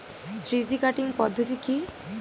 Three G cutting পদ্ধতি কি?